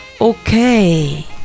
okay